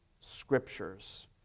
Scriptures